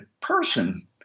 person